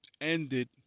ended